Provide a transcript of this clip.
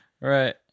Right